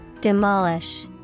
Demolish